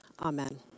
Amen